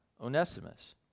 Onesimus